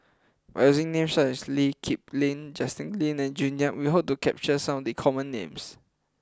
by using names such as Lee Kip Lin Justin Lean and June Yap we hope to capture some of the common names